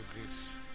grace